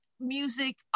music